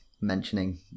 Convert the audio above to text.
mentioning